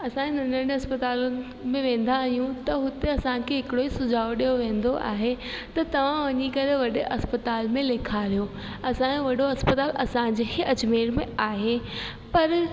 असांजे नंढे नंढे अस्पतालुनि में वेंदा आहियूं त हुते असांखे हिकिड़ो ई सुझाव ॾियो वेंदो आहे त तव्हां वञी करे वॾे अस्पताल में लिखारियो असांजो वॾो अस्पताल असांजे ई अजमेर में आहे पर